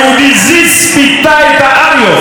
היהודי זיס פיתה את האריות,